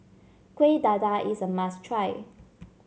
Kuih Dadar is a must try